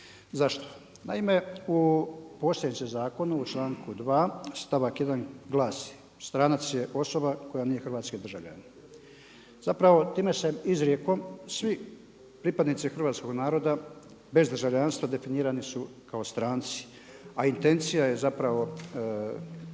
Zašto? Naime u postojećem zakonu u članku 2., stavak 1. glasi: „Stranac je osoba koja nije hrvatski državljanin.“. Zapravo time se izrijekom svi pripadnici hrvatskoga naroda bez državljanstva definira su kao stranci a intencija je zapravo